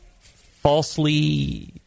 falsely